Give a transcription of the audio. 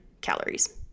calories